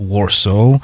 Warsaw